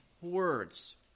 words